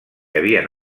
havien